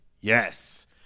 Yes